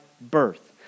birth